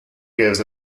gives